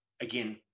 again